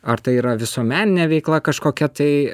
ar tai yra visuomeninė veikla kažkokia tai